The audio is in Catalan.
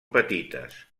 petites